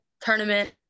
tournament